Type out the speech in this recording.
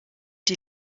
die